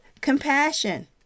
compassion